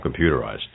computerized